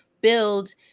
build